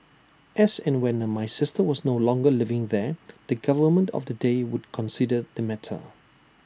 as and when no my sister was no longer living there the government of the day would consider the matter